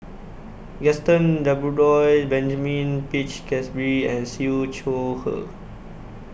Gaston Dutronquoy Benjamin Peach Keasberry and Siew Shaw Her